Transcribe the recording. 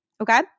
Okay